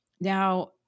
Now